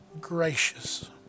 gracious